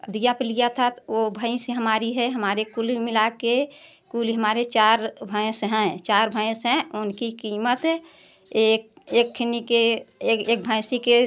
अधिया पे लिया था तो वो भैंस हमारी है हमारे कुल मिला कर कुल हमारे चार भैंस हैं चार भैंस हैं उनकी कीमत एक एक खिनी के एक एक भैंसी के